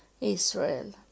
Israel